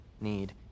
need